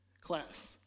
Class